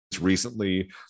Recently